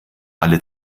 alle